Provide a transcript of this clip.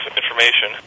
information